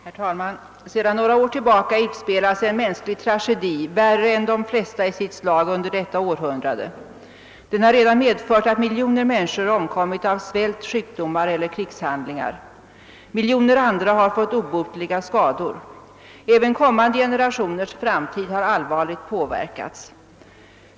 Herr talman! Sedan några år tillbaka utspelas en mänsklig tragedi värre än de flesta i sitt slag under detta århundrade. Den har redan medfört att miljoner människor omkommit av svält, sjukdomar eller krigshandlingar. Miljoner andra har fått obotliga skador. Även kommande generationers framtid har allvarligt påverkats.